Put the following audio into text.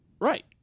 Right